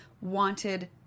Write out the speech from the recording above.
wanted